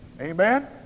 amen